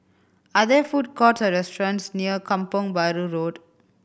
are there food courts or restaurants near Kampong Bahru Road